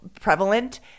prevalent